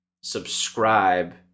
subscribe